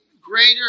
greater